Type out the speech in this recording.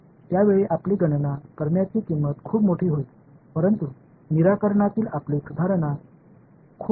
எனவே உங்கள் புள்ளியை தாண்டுகிறீர்கள் என்றால் நீங்கள் குறைந்த வருமானத்தை பெறுகிறீர்கள் என்று அர்த்தம்